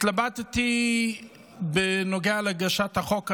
התלבטתי בנוגע להגשת החוק הזה.